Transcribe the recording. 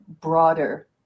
broader